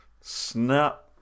Snap